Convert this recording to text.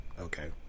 Okay